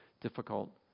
difficult